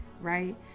right